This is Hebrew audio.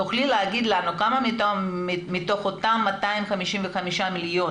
תוכלי להגיד לנו כמה מתוך אותם 255 מיליון